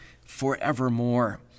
forevermore